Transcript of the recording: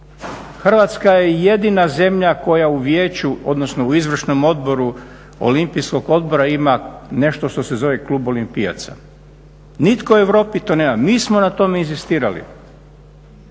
Hrvatska je jedina zemlja koja u vijeću, odnosno u Izvršnom odboru Olimpijskog odbora ima nešto što se zove Klub olimpijaca. Nitko u Europi to nema. Mi smo na tome inzistirali.